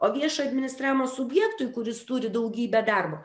o viešo administravimo subjektui kuris turi daugybę darbo